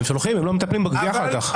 הם שולחים, הם לא מטפלים בגבייה אחר כך.